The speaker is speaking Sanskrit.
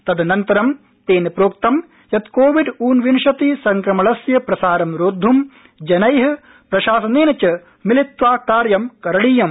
तदन्नतरं तेन प्रोक्तं यत् कोविड़ ऊनविंशति संक्रमणस्य प्रसारं रोढ़ जनै प्रशासनेन च मिलित्वा कार्यं करणीयम्